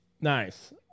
Nice